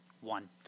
One